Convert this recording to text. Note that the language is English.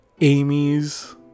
amy's